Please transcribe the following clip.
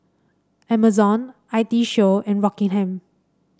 Amazon I T Show and Rockingham